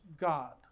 God